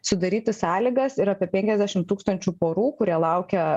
sudaryti sąlygas ir apie penkiasdešim tūkstančių porų kurie laukia